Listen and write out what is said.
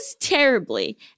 terribly